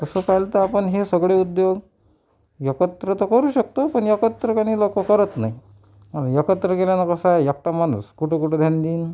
तसं पाहिलं तर आपण हे सगळे उद्योग एकत्र तर करू शकतो पण एकत्रपणे लोक करत नाही आणि एकत्र केल्यानं कसं आहे एकटा माणूस कुठे कुठे ध्यान देईन